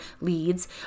leads